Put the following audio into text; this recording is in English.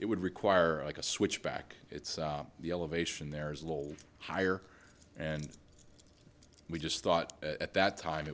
it would require a switch back it's the elevation there is a little higher and we just thought at that time it